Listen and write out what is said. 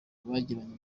bagiranye